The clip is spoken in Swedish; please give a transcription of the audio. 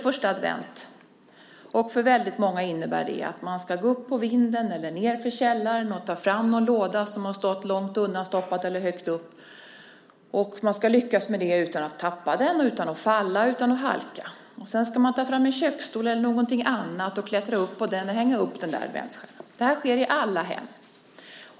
Första advent innebär för många att man ska gå upp på vinden eller ned till källaren för att ta fram någon låda som varit undanstoppad långt bort eller högt upp. Man ska lyckas med det utan att tappa lådan och utan att falla eller halka. Sedan ska man ta fram till exempel en köksstol och klättra upp på den för att hänga upp adventsstjärnan. Det här sker i alla hem.